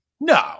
No